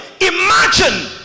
Imagine